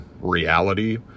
reality